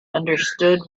understood